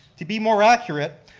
to be more accurate,